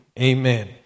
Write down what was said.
Amen